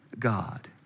God